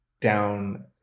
down